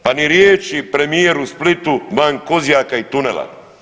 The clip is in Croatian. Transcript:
Pa ni riječi premijer u Splitu, van Kozjaka i tunela.